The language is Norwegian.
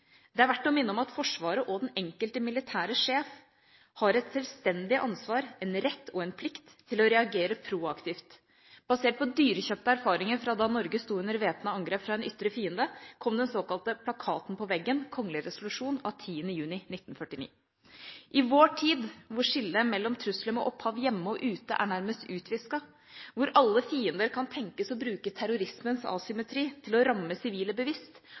Det er verdt å minne om at Forsvaret og den enkelte militære sjef har et sjølstendig ansvar, en rett og en plikt til å reagere proaktivt. Basert på dyrekjøpte erfaringer da Norge sto under væpnet angrep fra en ytre fiende, kom den såkalte plakaten på veggen, kgl. res. av 10. juni 1949. I vår tid hvor skillet mellom trusler med opphav hjemme og ute nærmest er utvisket, hvor alle fiender kan tenkes å bruke terrorismens asymmetri til å ramme sivile bevisst